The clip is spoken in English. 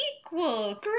equal